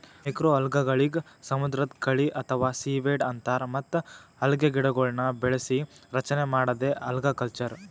ಮೈಕ್ರೋಅಲ್ಗೆಗಳಿಗ್ ಸಮುದ್ರದ್ ಕಳಿ ಅಥವಾ ಸೀವೀಡ್ ಅಂತಾರ್ ಮತ್ತ್ ಅಲ್ಗೆಗಿಡಗೊಳ್ನ್ ಬೆಳಸಿ ರಚನೆ ಮಾಡದೇ ಅಲ್ಗಕಲ್ಚರ್